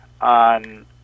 on